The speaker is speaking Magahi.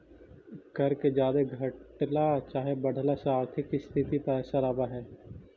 कर के जादे घटला चाहे बढ़ला से आर्थिक स्थिति पर असर आब हई